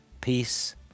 peace